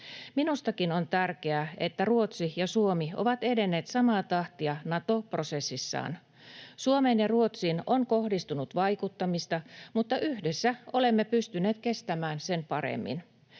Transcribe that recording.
Minustakin on tärkeää, että Ruotsi ja Suomi ovat edenneet samaa tahtia Nato-prosessissaan. Suomeen ja Ruotsiin on kohdistunut vaikuttamista, mutta yhdessä olemme pystyneet kestämään sen paremmin.